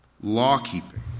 law-keeping